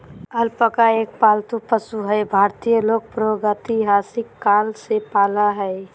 alpaca एक पालतू पशु हई भारतीय लोग प्रागेतिहासिक काल से पालय हई